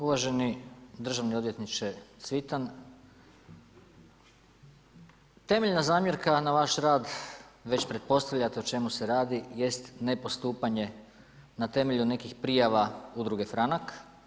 Uvaženi državni odvjetniče Cvitan, temeljna zamjerka na vas rad, već pretpostavljate o čemu se radi, jest nepostupanje na temelju nekih prijava udruge Franak.